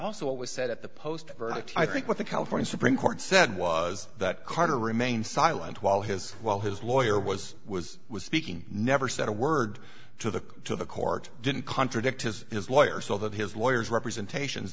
also what was said at the post verdict i think what the california supreme court said was that carter remained silent while his while his lawyer was was was speaking never said a word to the to the court didn't contradict his lawyer so that his lawyers representations